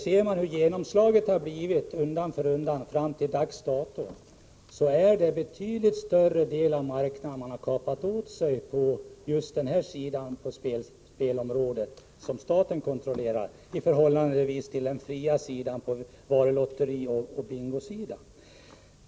Om man ser på utvecklingen till dags dato finner man att den del av spelverksamheten som staten kontrollerar kapat åt sig en allt större del av marknaden jämfört med t.ex. varulotterier och bingospel.